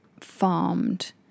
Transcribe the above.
farmed